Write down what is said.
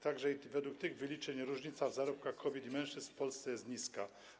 Także według tych wyliczeń różnica w zarobkach kobiet i mężczyzn w Polsce jest niewielka.